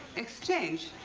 exchange.